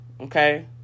okay